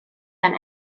gan